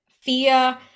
fear